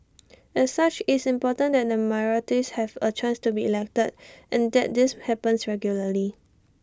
as such it's important that the minorities have A chance to be elected and that this happens regularly